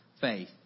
faith